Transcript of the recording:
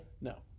No